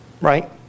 Right